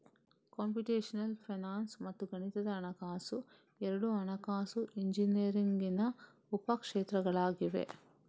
computational finance ಮತ್ತು ಗಣಿತದ ಹಣಕಾಸು ಎರಡೂ ಹಣಕಾಸು ಇಂಜಿನಿಯರಿಂಗಿನ ಉಪ ಕ್ಷೇತ್ರಗಳಾಗಿವೆ